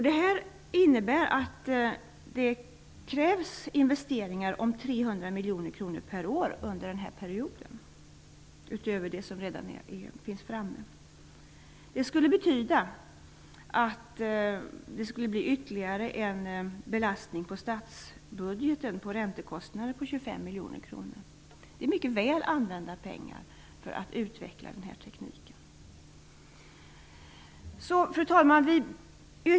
Detta innebär att det krävs investeringar om 300 miljoner kronor per år under denna period utöver det som redan är beslutat. Det skulle betyda ytterligare en belastning på statsbudgeten med räntekostnaden på 25 miljoner kronor. Det är mycket väl använda pengar för att utveckla den här tekniken. Fru talman!